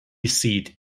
seat